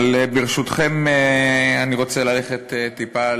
אבל, ברשותכם, אני רוצה ללכת טיפה,